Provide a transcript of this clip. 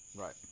Right